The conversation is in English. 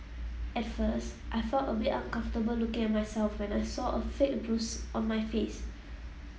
at first I felt a bit uncomfortable looking at myself when I saw a fake bruise on my face